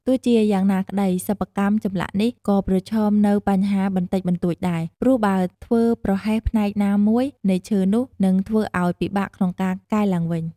ទោះជាយ៉ាងណាក្តី សិប្បកម្មចម្លាក់នេះ ក៏ប្រឈមនូវបញ្ហាបន្តិចបន្តួចដែរ ព្រោះបើធ្វើប្រហែសផ្នែកណាមួយនៃឈើនោះ នឹងធ្វើឲ្យពិបាកក្នុងការកែឡើងវិញ។